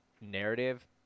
narrative